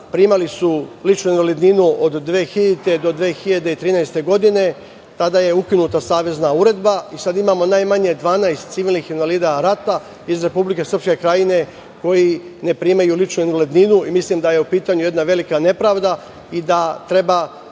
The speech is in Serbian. primali su ličnu invalidninu od 2000. do 2013. godine. Tada je ukinuta savezna uredba i sada imamo najmanje 12 civilnih invalida rata iz Republike Srpske Krajine koji ne primaju ličnu invalidninu. Mislim da je u pitanju jedna velika nepravda i da treba